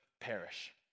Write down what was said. perish